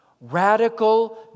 radical